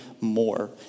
more